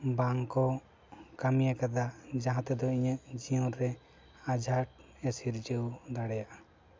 ᱵᱟᱝ ᱠᱚ ᱠᱟᱹᱢᱤᱭᱟᱠᱟᱫᱟ ᱡᱟᱦᱟᱸ ᱛᱮᱫᱚ ᱤᱧᱟᱹᱜ ᱡᱤᱭᱚᱱ ᱨᱮ ᱟᱡᱷᱟᱸᱴ ᱮ ᱥᱤᱨᱡᱟᱹᱣ ᱫᱟᱲᱮᱭᱠᱟᱜᱼᱟ